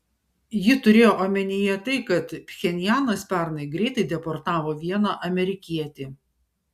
ji turėjo omenyje tai kad pchenjanas pernai greitai deportavo vieną amerikietį